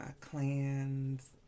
clans